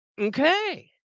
Okay